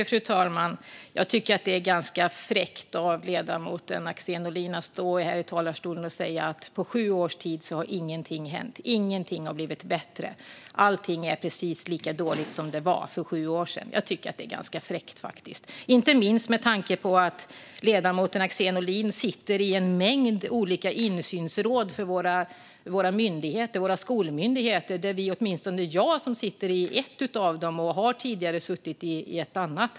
Fru talman! Jag tycker att det är ganska fräckt av ledamoten Axén Olin att stå här i talarstolen och säga att ingenting har hänt på sju år, att ingenting har blivit bättre och att allt är precis lika dåligt som det var för sju år sedan. Jag tycker faktiskt att det är ganska fräckt, inte minst med tanke på att ledamoten Axén Olin sitter i en mängd olika insynsråd för våra skolmyndigheter. Jag sitter i ett av dem och har tidigare suttit i ett annat.